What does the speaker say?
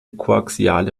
koaxiale